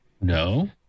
No